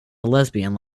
lesbian